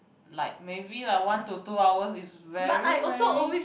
like maybe like one to two hours is very very